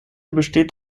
besteht